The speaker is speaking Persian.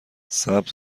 سبز